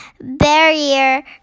barrier